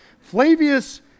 Flavius